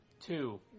Two